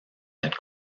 that